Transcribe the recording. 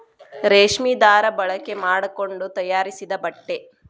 ರೇಶ್ಮಿ ದಾರಾ ಬಳಕೆ ಮಾಡಕೊಂಡ ತಯಾರಿಸಿದ ಬಟ್ಟೆ